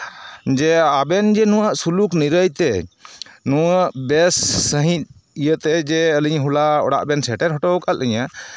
ᱡᱮ ᱟᱵᱮᱱ ᱡᱮ ᱱᱩᱱᱟᱹᱜ ᱥᱩᱞᱩᱠ ᱱᱤᱨᱟᱹᱭᱛᱮ ᱱᱩᱱᱟᱹᱜ ᱵᱮᱥ ᱥᱟᱺᱦᱤᱡ ᱤᱭᱟᱹᱛᱮ ᱡᱮ ᱟᱹᱞᱤᱧ ᱦᱚᱞᱟ ᱚᱲᱟᱜ ᱵᱮᱱ ᱥᱮᱴᱮᱨ ᱦᱚᱴᱚ ᱠᱟᱜ ᱞᱤᱧᱟᱹ